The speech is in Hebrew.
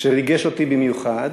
שריגש אותי במיוחד,